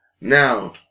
Now